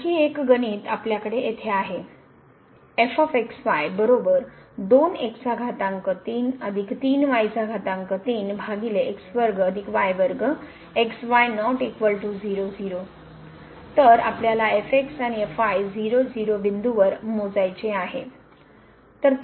आणखी एक गणित आपल्याकडे येथे आहे तर आपल्याला आणि 0 0 बिंदूवर मोजायचे आहे